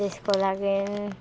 त्यसको लागि